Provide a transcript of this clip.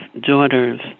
daughters